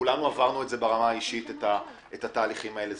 כולנו עברנו ברמה האישית את התהליכים האלה.